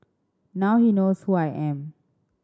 now he knows who I am